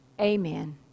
Amen